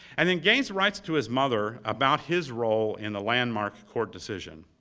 and then gaines writes to his mother about his role in the landmark court decision.